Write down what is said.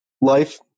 life